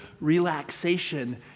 relaxation